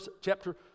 chapter